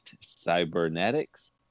Cybernetics